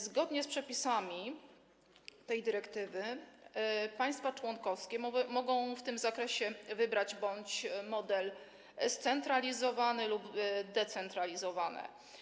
Zgodnie z przepisami tej dyrektywy państwa członkowskie mogą w tym zakresie wybrać model scentralizowany lub zdecentralizowany.